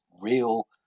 real